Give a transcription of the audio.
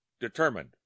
determined